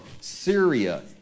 Syria